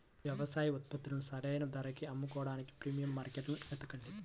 వ్యవసాయ ఉత్పత్తులను సరైన ధరకి అమ్ముకోడానికి ప్రీమియం మార్కెట్లను వెతకండి